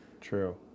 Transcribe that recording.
True